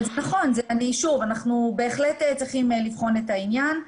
אנחנו בהחלט צריכים לבחון את העניין,